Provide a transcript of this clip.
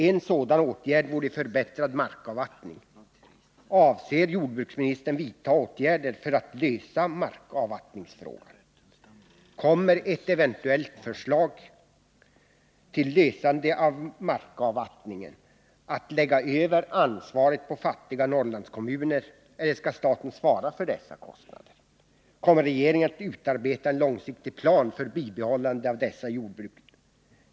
En sådan åtgärd vore förbättrad markavvattning. Avser jordbruksministern att vidta åtgärder för att lösa markavvattningsfrågan? Kommer ett eventuellt förslag till lösande av markavvattningsproblemet att lägga över ansvaret därför på fattiga Norrlandskommuner, eller skall staten svara för dessa kostnader? Kommer regeringen att utarbeta en långsiktig plan för bibehållande av dessa jordbruk?